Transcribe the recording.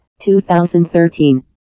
2013